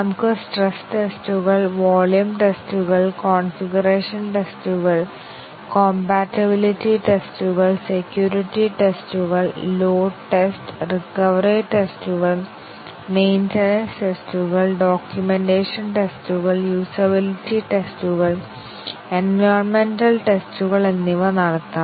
നമുക്ക് സ്ട്രെസ് ടെസ്റ്റുകൾ വോളിയം ടെസ്റ്റുകൾ കോൺഫിഗറേഷൻ ടെസ്റ്റുകൾ കോംപാറ്റിബിളിറ്റി ടെസ്റ്റുകൾ സെക്യൂരിറ്റി ടെസ്റ്റുകൾ ലോഡ് ടെസ്റ്റ് റിക്കവറി ടെസ്റ്റുകൾ മെയിന്റനൻസ് ടെസ്റ്റുകൾ ഡോക്യുമെന്റേഷൻ ടെസ്റ്റുകൾ യൂസബിലിറ്റി ടെസ്റ്റുകൾ എൻവയോൺമെന്റ്റൽ ടെസ്റ്റുകൾ എന്നിവ നടത്താം